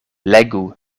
legu